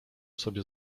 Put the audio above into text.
sobie